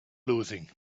losing